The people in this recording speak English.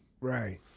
Right